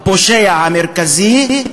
הפושע המרכזי.